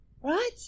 Right